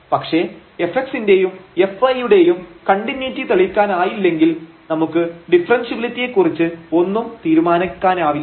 പക്ഷേ fx ന്റെയും fy യുടെയും കണ്ടിന്യൂയിറ്റി തെളിയിക്കാനായില്ലെങ്കിൽ നമുക്ക് ഡിഫറെൻഷ്യബിലിറ്റിയെ കുറിച്ച് ഒന്നും തീരുമാനിക്കാനാവില്ല